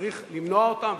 שצריך למנוע אותם,